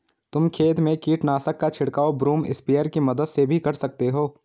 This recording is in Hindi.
तुम खेत में कीटनाशक का छिड़काव बूम स्प्रेयर की मदद से भी कर सकते हो